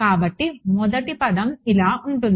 కాబట్టి మొదటి పదం ఇలా ఉంటుంది